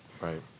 Right